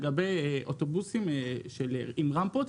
לגבי אוטובוסים עם רמפות,